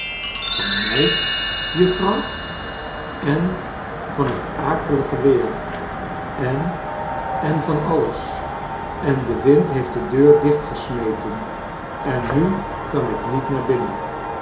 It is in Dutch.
van mij juffrouw en van het akelige weer en r en van alles en de wind heeft de deur dichtgesmeten en nu kan ik niet naar binnen